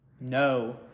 No